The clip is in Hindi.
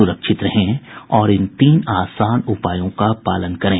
सुरक्षित रहें और इन तीन आसान उपायों का पालन करें